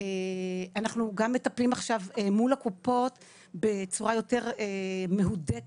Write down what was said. גם מטפלים עכשיו מול הקופות בצורה יותר מהודקת,